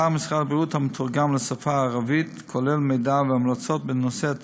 אתר משרד הבריאות המתורגם לשפה הערבית כולל מידע והמלצות בנושא תזונה,